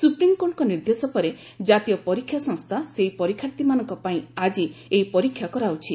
ସୁପ୍ରିମକୋର୍ଟଙ୍କ ନିର୍ଦ୍ଦେଶ ପରେ ଜାତୀୟ ପରୀକ୍ଷା ସଂସ୍ଥା ସେହି ପରୀକ୍ଷାର୍ଥୀମାନଙ୍କ ପାଇଁ ଆଜି ଏହି ପରୀକ୍ଷା କରାଉଛି